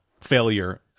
failure